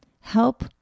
help